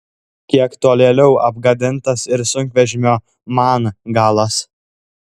kiek tolėliau apgadintas ir sunkvežimio man galas